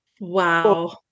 Wow